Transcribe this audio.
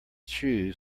shoes